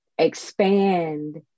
expand